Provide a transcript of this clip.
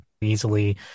easily